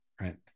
Right